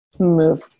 move